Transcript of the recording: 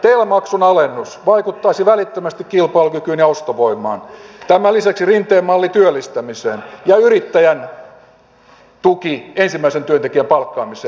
tel maksun alennus vaikuttaisi välittömästi kilpailukykyyn ja ostovoimaan tämän lisäksi rinteen malli työllistämiseen ja yrittäjän tuki ensimmäisen työntekijän palkkaamiseen